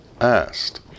asked